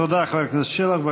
תודה, חבר הכנסת שלח.